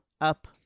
up